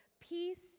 peace